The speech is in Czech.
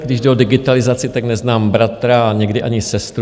Když jde o digitalizaci, neznám bratra, někdy ani sestru.